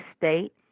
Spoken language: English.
state